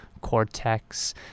Cortex